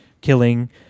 killing